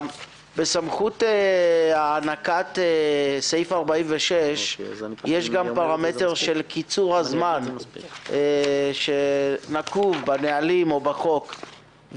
בסמכות הענקת סעיף 46 יש גם פרמטר של קיצור הזמן שנקוב בנהלים או בחוק.